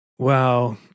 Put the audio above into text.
Wow